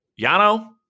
Yano